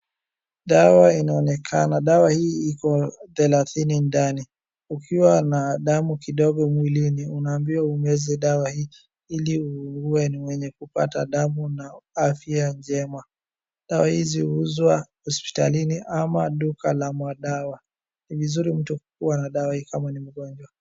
Dawa inaonekana, dawa hii iko thelathini ndani. Ukiwa na damu kidogo mwilini unaambiwa umeze dawa hii iliuwe ni mwenye kupata damu na afya njema. Dawa hizi huuzwa hospitalini ama duka la madawa. Ni vizuri mtu kuwa na dawa hii kama ni mgonjwa.